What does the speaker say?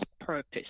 purpose